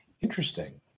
interesting